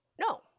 no